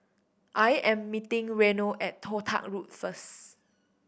I am meeting Reno at Toh Tuck Road first